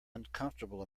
uncomfortable